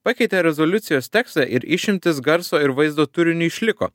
pakeitė rezoliucijos tekstą ir išimtis garso ir vaizdo turiniui išliko